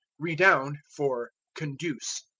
redound for conduce.